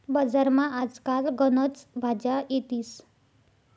बजारमा आज काल गनच भाज्या येतीस